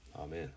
Amen